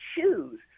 choose